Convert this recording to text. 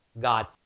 God